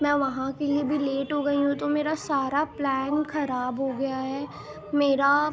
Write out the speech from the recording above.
میں وہاں کے لیے بھی لیٹ ہو گئی ہوں تو میرا سارا پلان خراب ہو گیا ہے میرا